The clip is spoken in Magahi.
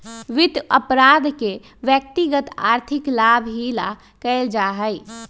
वित्त अपराध के व्यक्तिगत आर्थिक लाभ ही ला कइल जा हई